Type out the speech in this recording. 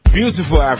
Beautiful